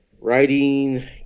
writing